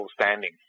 standing